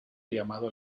llamado